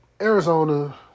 Arizona